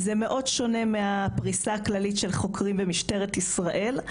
זה מאוד שונה מהפריסה הכללית של חוקרים במשטרת ישראל.